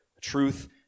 truth